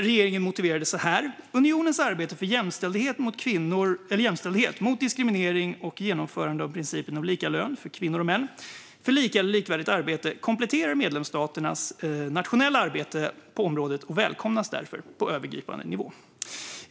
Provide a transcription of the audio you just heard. Regeringen motiverar det så här: "Unionens arbete för jämställdhet, mot diskriminering och för genomförande av principen om lika lön för kvinnor och män för lika eller likvärdigt arbete kompletterar medlemsstaternas nationella arbete på området och välkomnas därför på övergripande nivå."